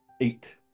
Eight